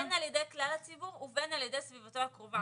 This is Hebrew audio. בין על ידי כלל הציבור ובין על ידי סביבתו הקרובה.